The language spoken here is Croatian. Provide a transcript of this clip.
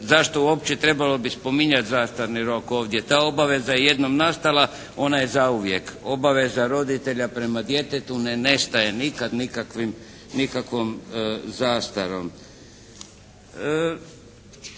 zašto uopće trebalo bi spominjati zastarni rok ovdje, ta obaveza je jednom nastala, ona je zauvijek obaveza roditelja prema djetetu, ne nestaje nikad nikakvom zastarom.